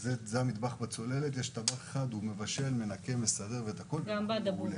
יש טבח אחד שמבשל, מנקה ומסדר את הכול וזה מעולה.